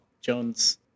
Jones